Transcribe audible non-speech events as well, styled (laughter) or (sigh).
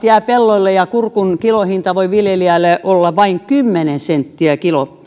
(unintelligible) jäävät pelloille ja kurkun kilohinta voi viljelijälle olla vain kymmenen senttiä